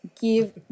Give